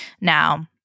Now